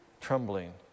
trembling